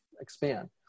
expand